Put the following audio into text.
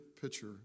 picture